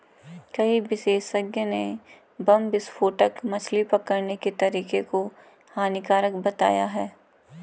कई विशेषज्ञ ने बम विस्फोटक मछली पकड़ने के तरीके को हानिकारक बताया है